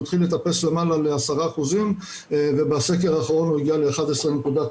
הוא התחיל לטפס למעלה ל-10% ובסקר האחרון הוא הגיע ל-11.9%.